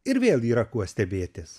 ir vėl yra kuo stebėtis